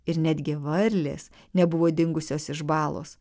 ir netgi varlės nebuvo dingusios iš balos